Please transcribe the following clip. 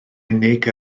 unig